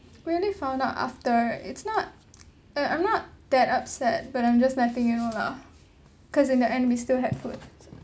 we only found out after it's not err I'm not that upset but I'm just letting you know lah cause in the end we still have food